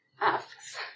asks